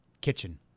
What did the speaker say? Kitchen